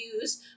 use